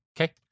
Okay